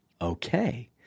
Okay